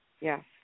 Yes